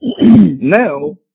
Now